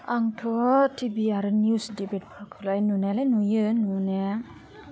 आंथ' टिभि आरो निउस दिबेटफोरखौलाय नुनायालाय नुयो नुनाया